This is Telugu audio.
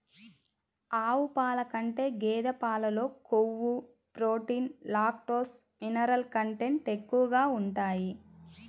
ఆవు పాల కంటే గేదె పాలలో కొవ్వు, ప్రోటీన్, లాక్టోస్, మినరల్ కంటెంట్ ఎక్కువగా ఉంటాయి